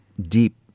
deep